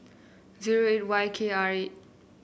zero A Y K R eight